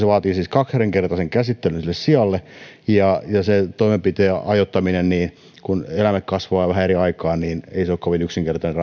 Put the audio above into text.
vaatii siis kaksinkertaisen käsittelyn sialle ja sen toimenpiteen ajoittaminen kun eläimet kasvavat vähän eri aikaan ei ole kovin yksinkertainen